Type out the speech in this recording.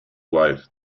wife